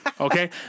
Okay